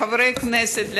לחברי הכנסת,